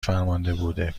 فرمانده